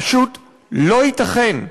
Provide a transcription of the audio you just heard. פשוט לא ייתכן,